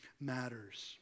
matters